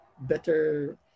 better